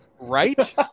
right